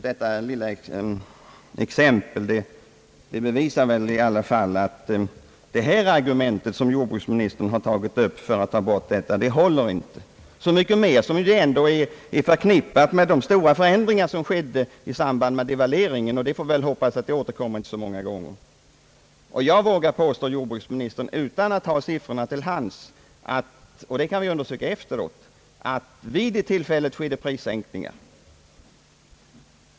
Detta lilla exempel bevisar väl i alla fall att jordbruksministerns argument för att få bort automatiken inte håller, i synnerhet som det angivna exemplet är förknippat med de stora förändringar som skedde eller bedömdes ske i samband med devalveringen, vilken situation vi får hoppas inte återkommer så många gånger. Jag vågar påstå, herr jordbruksminister, utan att ha siffrorna till hands — och det kan vi undersöka efteråt — att det vid det tillfället skedde prissänkningar.